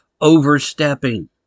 overstepping